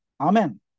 Amen